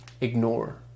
ignore